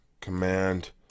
command